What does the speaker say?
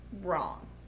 wrong